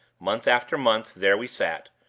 month after month, there we sat,